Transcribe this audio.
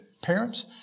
parents